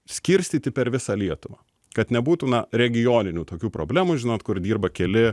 skirstyti per visą lietuvą kad nebūtų na regioninių tokių problemų žinot kur dirba keli